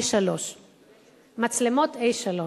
מצלמות א-3.